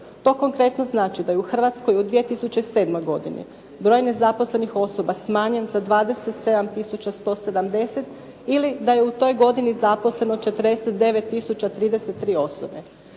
razumije./ … znači da je u Hrvatskoj u 2007. godini broj nezaposlenih osoba smanjen za 27 tisuća 170 ili da je u toj godini zaposleno 49 tisuća 33 osobe.